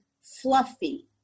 fluffy